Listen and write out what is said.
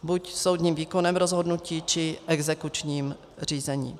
Buď soudním výkonem rozhodnutí, či exekučním řízením.